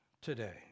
today